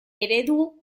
eredu